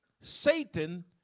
Satan